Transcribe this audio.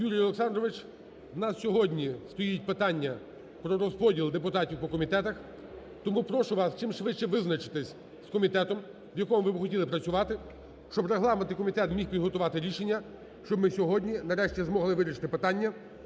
Юрій Олександрович, у нас сьогодні стоїть питання про розподіл депутатів по комітетах, тому прошу вас чимшвидше визначитись з комітетом, в якому б ви хотіли працювати, щоб регламентний комітет міг підготувати рішення, щоб ми сьогодні нарешті змогли вирішити питання